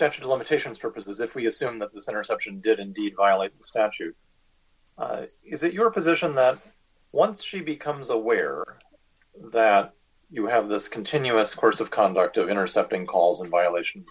section limitations purposes if we assume that the center section did indeed violate statute is it your position that once she becomes aware that you have this continuous course of conduct of intercepting calls and violation